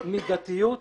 מידתיות,